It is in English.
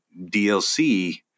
DLC